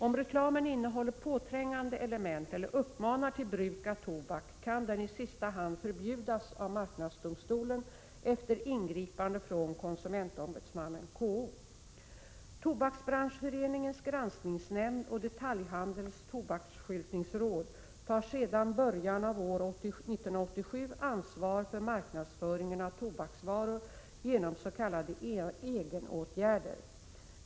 Om reklamen innehåller påträngande element eller uppmanar till bruk av tobak kan den i sista hand förbjudas av marknadsdomstolen efter ingripande från konsumentombudsmannen, KO. Tobaksbranschföreningens granskningsnämnd och detaljhandelns tobaksskyltningsråd tar sedan början av år 1987 ansvar för marknadsföringen av tobaksvaror genom s.k. egenåtgärder.